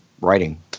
writing